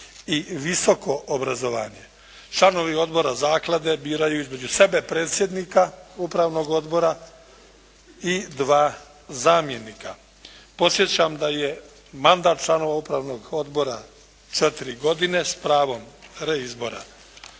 i visoko obrazovanje. Članovi Odbora Zaklade biraju između sebe predsjednika Upravnog odbora i dva zamjenika. Podsjećam da je mandat članova Upravnog odbora 4 godine s pravom reizbora.